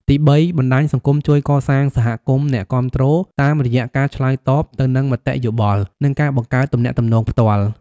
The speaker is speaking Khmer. ទីបី បណ្ដាញសង្គមជួយកសាងសហគមន៍អ្នកគាំទ្រតាមរយៈការឆ្លើយតបទៅនឹងមតិយោបល់ និងការបង្កើតទំនាក់ទំនងផ្ទាល់។